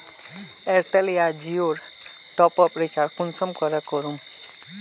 Airtel या जियोर top up recharge कुंसम करे करूम?